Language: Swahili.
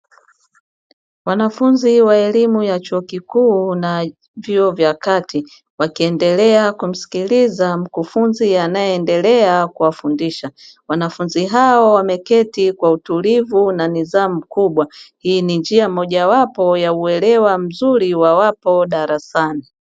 Wanafunzi wa elimu ya chuo kikuu na vyuo vya kati wakiendelea kumsikiliza mkufunzi anayeendelea kuwafundisha. Wanafunzi hao wameketi kwa utulivu na nidhamu kubwa. Hii ni njia moja ya uelewa mzuri wawapo darasani.